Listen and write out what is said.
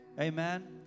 Amen